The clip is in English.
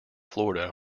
florida